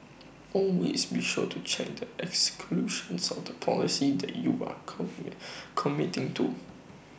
always be sure to check the exclusions of the policy that you are commit committing to